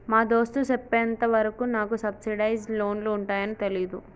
మా దోస్త్ సెప్పెంత వరకు నాకు సబ్సిడైజ్ లోన్లు ఉంటాయాన్ని తెలీదు